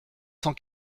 cent